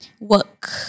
work